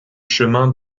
chemin